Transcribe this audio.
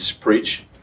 preach